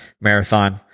marathon